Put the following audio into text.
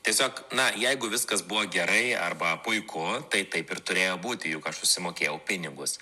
tiesiog na jeigu viskas buvo gerai arba puiku tai taip ir turėjo būti juk aš susimokėjau pinigus